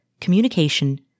communication